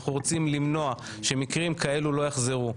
אנחנו רוצים למנוע שמקרים כאלה לא יחזרו.